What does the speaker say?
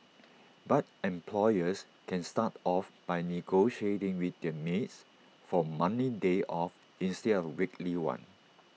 but employers can start off by negotiating with their maids for A monthly day off instead of A weekly one